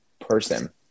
person